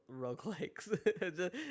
roguelikes